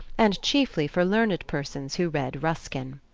and chiefly for learned persons who read ruskin.